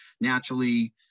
naturally